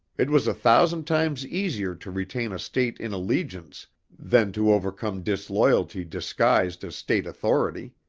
it was a thousand times easier to retain a state in allegiance than to overcome disloyalty disguised as state authority.